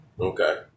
Okay